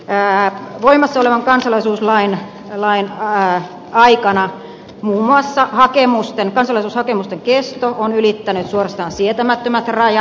nimittäin voimassa olevan kansalaisuuslain aikana muun muassa kansalaisuushakemusten kesto on ylittänyt suorastaan sietämättömät rajat